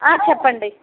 చెప్పండి